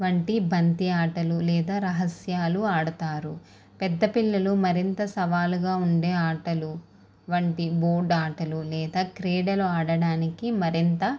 వంటి బంతి ఆటలు లేదా రహస్యాలు ఆడతారు పెద్దపిల్లలు మరింత సవాలుగా ఉండే ఆటలు వంటి బోర్డ్ ఆటలు లేదా క్రీడలు ఆడడానికి మరింత